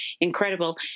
incredible